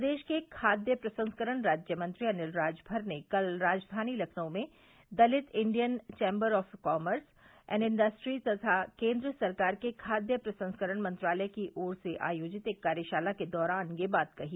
प्रदेश के खाद्य प्रसंस्करण राज्य मंत्री अनिल राजभर ने कल राजधानी लखनऊ में Dalit Indian chamber of commerce and industries तथा केन्द्र सरकार के खाद्य प्रसंस्करण मंत्रालय की ओर से आयोजित एक कार्यशाला के दौरान यह बात कही